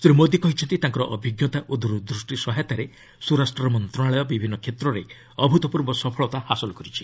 ଶ୍ରୀ ମୋଦି କହିଛନ୍ତି ତାଙ୍କର ଅଭିଜ୍ଞତା ଓ ଦୂରଦୃଷ୍ଟି ସହାୟତାରେ ସ୍ୱରାଷ୍ଟ୍ରମନ୍ତ୍ରଣାଳୟ ବିଭିନ୍ନ କ୍ଷେତ୍ରରେ ଅଭୂତପୂର୍ବ ସଫଳତା ହାସଲ କରିଛି